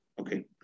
Okay